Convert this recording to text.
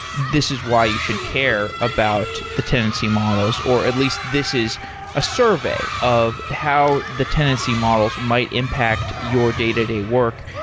this is why you should care about the tenancy models, or at least this is a survey of how the tenancy models might impact your day-to-day work,